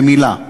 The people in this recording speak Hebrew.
במילה,